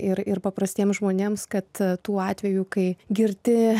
ir ir paprastiems žmonėms kad tuo atveju kai girti